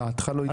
דעתך לא התקבלה.